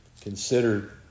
considered